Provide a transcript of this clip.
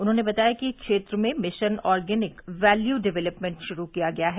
उन्होंने बताया कि क्षेत्र में मिशन ऑर्गनिक वैल्यू डवलपमेंट शुरू किया गया है